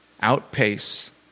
outpace